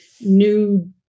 new